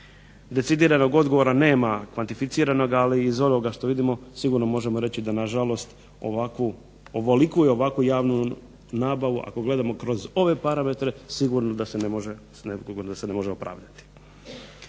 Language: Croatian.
Decidiranog odgovora nema, kvantificiranog, ali iz ovoga što vidimo sigurno možemo vidjeti ovoliko i ovakvu javnu nabavu ako gledamo kroz ove parametre sigurno se ne može opravdati.